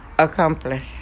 Accomplish